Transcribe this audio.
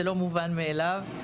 זה לא מובן מאליו,